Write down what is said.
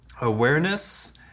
Awareness